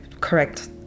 correct